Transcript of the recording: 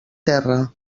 terra